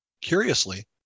Curiously